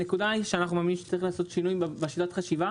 הנקודה שאנחנו מאמינים שצריך לעשות שינוי בשיטת החשיבה